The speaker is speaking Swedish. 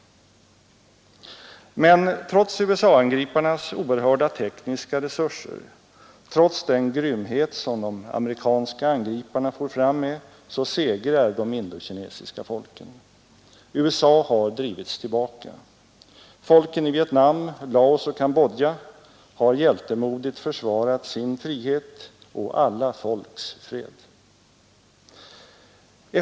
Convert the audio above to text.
Men trots USA-angriparnas oerhörda tekniska resurser, trots den grymhet som de amerikanska angriparna for fram med, så segrar de indokinesiska folken. USA har drivits tillbaka. Folken i Vietnam, Laos och Cam bodja har hjältem odigt försvarat sin frihet och alla folks fred.